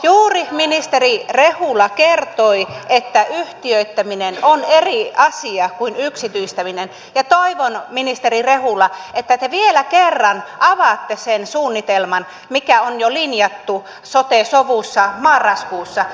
juuri ministeri rehula kertoi että yhtiöittäminen on eri asia kuin yksityistäminen ja toivon ministeri rehula että te vielä kerran avaatte sen suunnitelman mikä on jo linjattu sote sovussa marraskuussa